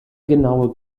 genaue